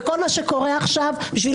בכל מה שקורה עכשיו בשביל